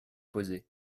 posées